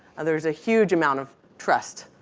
there's a huge amount of trust.